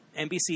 NBC